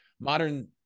modern